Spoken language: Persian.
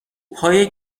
پای